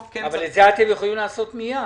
את זה אתם יכולים לעשות מייד.